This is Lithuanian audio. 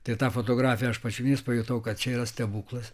tai tą fotografiją aš pačiupinėjęs pajutau kad čia yra stebuklas